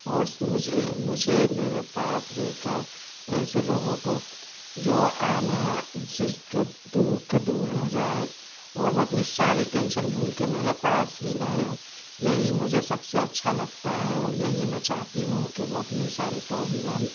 और मुझे मुझे मेरे पास रह कर ऐसे लोगों को जो आना जिस के दुख दूर हो जाए और वो अपनी सारी टेंशंस भूल के मेरे पास ही रहें यही मुझे सब से अच्छा लगता है और यही मैं चाहती हूँ कि वो अपनी सारी प्रॉब्लम